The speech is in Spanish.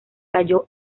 cayó